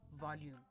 Volume